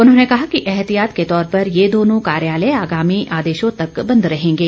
उन्होंने कहा कि एहतियात के तौर पर यह दोनों कार्यालय आगामी आदेशों तक बंद रहेंगे